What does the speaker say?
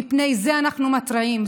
מפני זה אנחנו מתריעים.